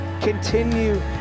continue